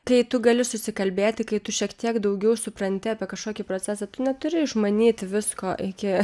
kai tu gali susikalbėti kai tu šiek tiek daugiau supranti apie kažkokį procesą tu neturi išmanyti visko iki